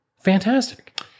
fantastic